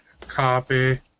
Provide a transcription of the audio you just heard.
Copy